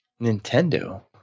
Nintendo